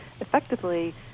effectively